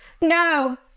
No